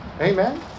Amen